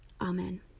Amen